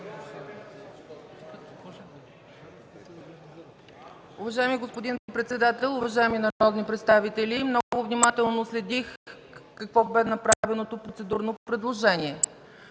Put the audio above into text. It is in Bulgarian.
Уважаеми господин председател, уважаеми народни представители! Много внимателно следих какво бе направеното процедурно предложение.